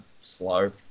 slow